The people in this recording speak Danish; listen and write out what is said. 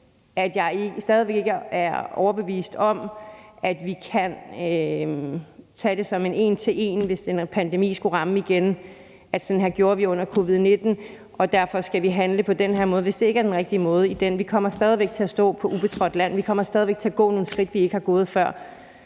at jeg stadig væk ikke er overbevist om, at vi kan bruge det en til en, hvis en pandemi skulle ramme igen, i forhold til at sige, at sådan her gjorde vi under covid-19, og derfor skal vi handle på den her måde, altså hvis det ikke er den rigtige måde at gøre det på. Vi kommer stadig væk til at stå på ubetrådt land. Vi kommer stadig væk til at gå nogle skridt, vi ikke har gået før.